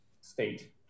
state